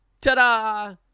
Ta-da